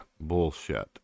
bullshit